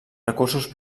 recursos